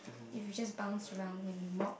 if you just bounce around when you mop